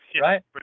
Right